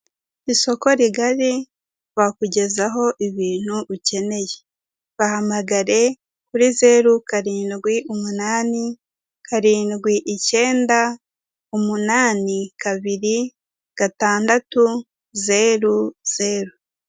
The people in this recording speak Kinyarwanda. Isoko rigari bakugezaho ibintu ukeneye, bahamagare kuri zeru karindwi umunani, karindwi icyenda, umunani kabiri, gatandatu zeru zeru.